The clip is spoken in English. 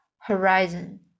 horizon